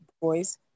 boys